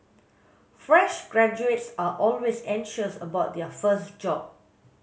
fresh graduates are always anxious about their first job